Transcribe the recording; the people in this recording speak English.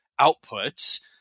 outputs